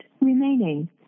remaining